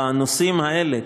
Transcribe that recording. בנושאים האלה,